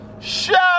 Shut